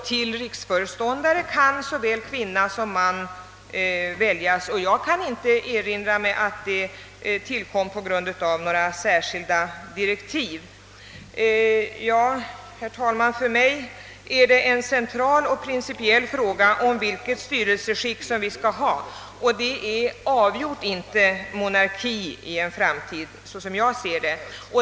Till riksföreståndare kan såväl kvinna som man väljas. Jag kan inte erinra mig att dessa bestämmelser tillkom på grund av några särskilda direktiv. För mig är det, herr talman, en central och principiell fråga vilket styrelseskick vi skall ha, och som jag ser det är detta styrelseskick avgjort inte monarki i en framtid.